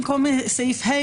במקום סעיף (ה),